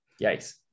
yikes